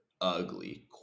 ugly